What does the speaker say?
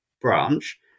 branch